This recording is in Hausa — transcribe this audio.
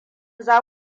za